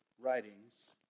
writings